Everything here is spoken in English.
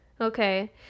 Okay